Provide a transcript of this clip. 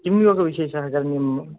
किं योगविशेषः करणीयं